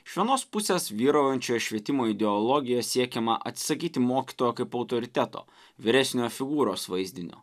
iš vienos pusės vyraujančio švietimo ideologija siekiama atsisakyti mokytojo kaip autoriteto vyresnio figūros vaizdinio